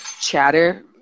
chatter